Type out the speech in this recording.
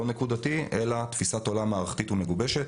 לא רק נקודתי אלא תפיסת עולם מערכתית ומגובשת.